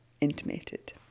intimated